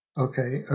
okay